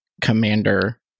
commander